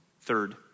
Third